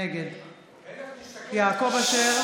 נגד יעקב אשר,